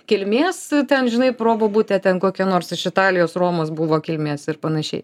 kilmės ten žinai probobutė ten kokia nors iš italijos romos buvo kilmės ir panašiai